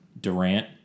Durant